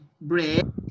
bread